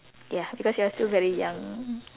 ya because you are still very young